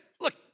look